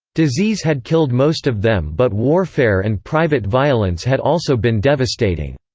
disease had killed most of them but warfare and private violence had also been devastating.